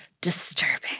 disturbing